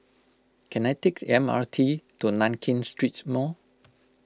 can I take the M R T to Nankin Street Mall